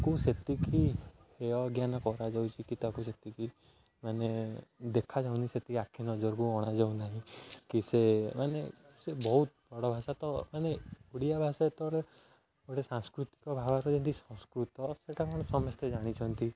ତାକୁ ସେତିକି ହେୟଜ୍ଞାନ କରାଯାଉଛିକି ତାକୁ ସେତିକି ମାନେ ଦେଖାଯାଉନି ସେତିକି ଆଖି ନଜରକୁ ଅଣାଯାଉ ନାହିଁ କି ସେ ମାନେ ସେ ବହୁତ ବଡ଼ ଭାଷା ତ ମାନେ ଓଡ଼ିଆ ଭାଷା ତର ଗୋଟେ ସାଂସ୍କୃତିକ ଭାବର ଯେମିତି ସଂସ୍କୃତ ସେଟା ମାନେ ସମସ୍ତେ ଜାଣିଛନ୍ତି